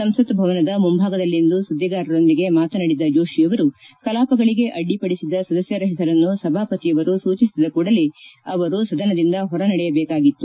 ಸಂಸತ್ ಭವನದ ಮುಂಭಾಗದಲ್ಲಿಂದು ಸುಧ್ನಿಗಾರರೊಂದಿಗೆ ಮಾತನಾಡಿದ ಜೋಷಿಯವರು ಕಲಾಪಗಳಿಗೆ ಅಡ್ಡಿಪಡಿಸಿದ ಸದಸ್ತರ ಹೆಸರನ್ನು ಸಭಾಪತಿಯವರು ಸೂಚಿಸಿದ ಕೂಡಲೇ ಅವರು ಸದನದಿಂದ ಹೊರ ನಡೆಯಬೇಕಾಗಿತ್ತು